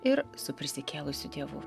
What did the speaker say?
ir su prisikėlusiu dievu